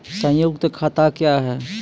संयुक्त खाता क्या हैं?